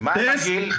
-- מה עם הגיל?